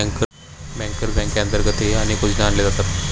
bankers बँकेअंतर्गतही अनेक योजना आणल्या जातात